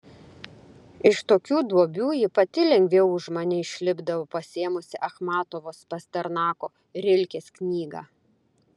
iš tokių duobių ji pati lengviau už mane išlipdavo pasiėmusi achmatovos pasternako rilkės knygą